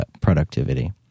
productivity